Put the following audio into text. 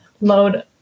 load